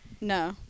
No